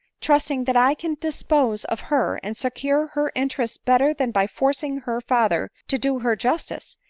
trusting that i can dispose of her, and secure her interest better than by forcing her father to do her justice,